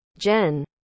Jen